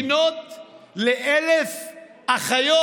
בחינות ל-1,000 אחיות,